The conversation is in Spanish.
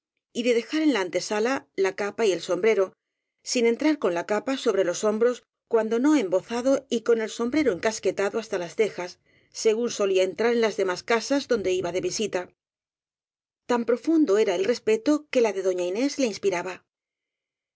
y de dejar en la antesala la capa y el sombrero sin entrar con la capa sobre los hombros cuando no embozado y con el sombrero encasquetado hasta las cejas según solía entrar en las demás casas donde iba de visita tan profundo era el respeto que la de doña inés le inspiraba